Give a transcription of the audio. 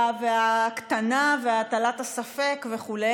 ההקטנה והטלת הספק וכו'